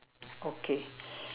okay